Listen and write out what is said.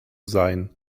sein